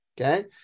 Okay